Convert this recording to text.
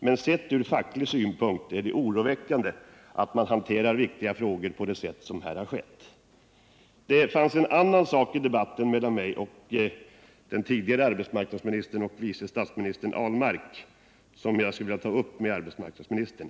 Men sett från facklig synpunkt Nr 51 är det oroväckande att man hanterar viktiga frågor på det sätt som här har skett. Det är också en annan sak i debatten mellan mig och den tidigare arbetsmarknadsministern och vice statsministern Per Ahlmark som jag skulle vilja ta upp med arbetsmarknadsministern.